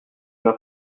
n’en